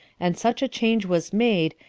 and such a change was made,